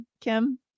Kim